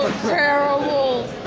terrible